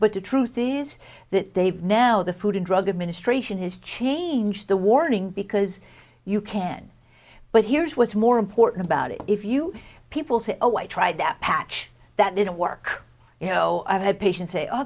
but the truth is that they've now the food and drug administration has changed the warning because you can but here's what's more important about it if you people say oh i tried that patch that didn't work you know i've had patient